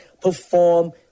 perform